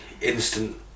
instant